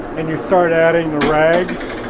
and you start adding the rags.